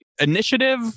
initiative